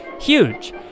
huge